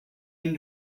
end